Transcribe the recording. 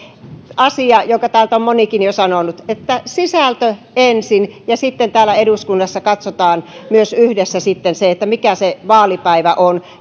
asia jonka täällä on monikin jo sanonut sisältö ensin ja sitten täällä eduskunnassa katsotaan yhdessä myös se mikä se vaalipäivä on